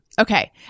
Okay